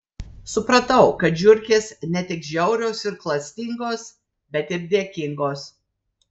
supratau kad žiurkės ne tik žiaurios ir klastingos bet ir dėkingos